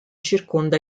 circonda